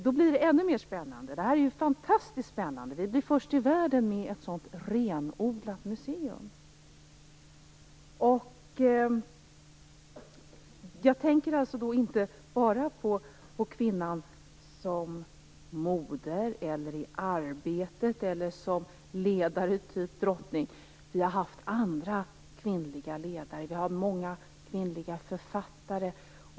Då blir det ännu mera spännande. Det här är ju fantastiskt spännande. Vi skulle bli först i världen om att ha ett så renodlat museum. Jag tänker alltså inte bara på kvinnan som moder eller på kvinnan i arbetet eller som ledare, t.ex. en drottning. Vi har ju haft andra kvinnliga ledare, exempelvis kvinnliga författare.